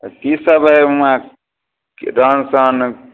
तऽ की सब है हुआँ रहन सहन